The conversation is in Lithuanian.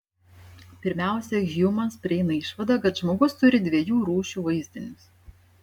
pirmiausia hjumas prieina išvadą kad žmogus turi dviejų rūšių vaizdinius